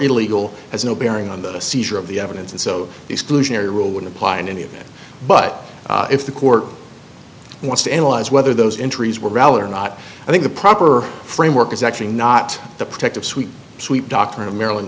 illegal has no bearing on the seizure of the evidence and so exclusionary rule would apply in any event but if the court wants to analyze whether those entries were valid or not i think the proper framework is actually not the protective sweet sweet doctrine of maryland